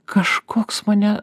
kažkoks mane